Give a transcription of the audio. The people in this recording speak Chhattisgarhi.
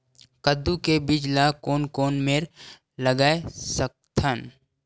कददू के बीज ला कोन कोन मेर लगय सकथन?